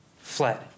fled